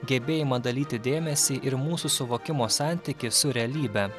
gebėjimą dalyti dėmesį ir mūsų suvokimo santykį su realybe